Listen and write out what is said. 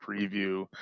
preview